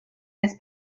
his